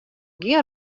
gjin